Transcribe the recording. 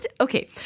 okay